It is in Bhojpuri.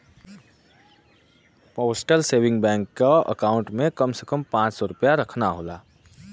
पोस्टल सेविंग बैंक क अकाउंट में कम से कम पांच सौ रूपया रखना होला